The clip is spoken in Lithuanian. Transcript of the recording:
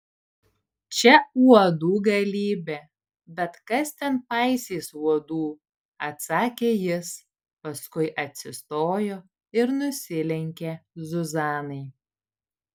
čia uodų galybė bet kas ten paisys uodų atsakė jis paskui atsistojo ir nusilenkė zuzanai